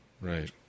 Right